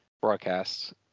broadcasts